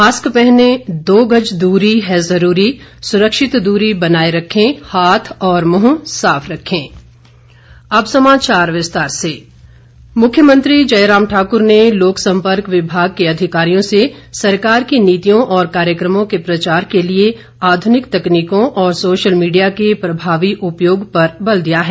mask पहनें दो गज दूरी है जरूरी सुरक्षित दूरी बनाये रखें हाथ और मुंह साफ रखें और अब समाचार विस्तार से मुख्यमंत्री मुख्यमंत्री जयराम ठाक्र ने लोकसंपर्क विभाग के अधिकारियों से सरकार की नीतियों और कार्यक्रमों के प्रचार के लिए आधुनिक तकनीकों और सोशल मीडिया के प्रभावी उपयोग पर बल दिया है